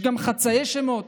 יש גם חצאי שמות,